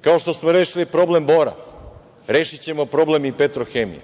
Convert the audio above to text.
kao što smo rešili problem „Bora“, rešićemo problem i „Petrohemije“.